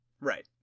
right